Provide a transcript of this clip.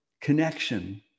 connection